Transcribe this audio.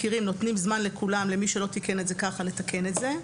אנחנו נותנים זמן לכל מי שלא תיקן את זה כך לתקן את זה,